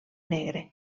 negre